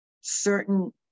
certain